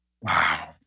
Wow